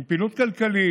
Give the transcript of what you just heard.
עם פעילות כלכלית,